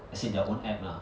as in their own app~ lah